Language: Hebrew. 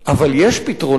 אבל יש פתרונות,